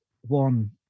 one